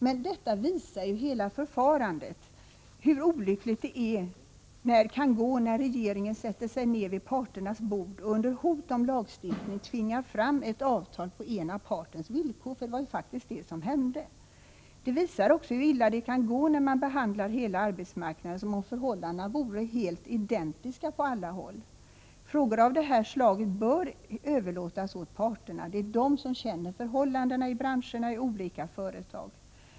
Men detta visar hela förfarandet; hur olyckligt det kan gå när regeringen sätter sig ned vid parternas bord och under hot om lagstiftning tvingar fram ett avtal på den ena partens villkor. Det var faktiskt vad som hände. Det visar också hur illa det kan gå när man behandlar hela arbetsmarknaden som om förhållandena vore identiska på alla håll. Frågor av detta slag bör överlåtas åt parterna — det är de som känner förhållandena i branscherna och i olika företag.